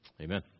Amen